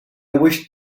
wish